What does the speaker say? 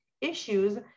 issues